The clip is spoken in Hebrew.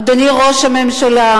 אדוני ראש הממשלה,